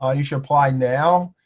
ah you should apply now.